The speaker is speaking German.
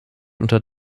unter